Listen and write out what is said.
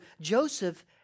Joseph